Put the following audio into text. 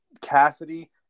Cassidy